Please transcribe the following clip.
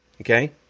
Okay